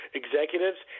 executives